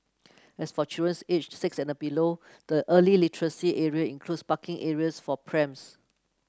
as for children's aged six and below the early literacy area includes parking areas for prams